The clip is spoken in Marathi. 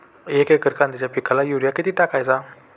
एक एकर कांद्याच्या पिकाला युरिया किती टाकायचा?